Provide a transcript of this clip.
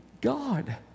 God